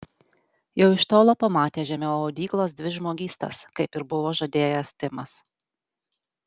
jau iš tolo pamatė žemiau audyklos dvi žmogystas kaip ir buvo žadėjęs timas